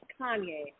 Kanye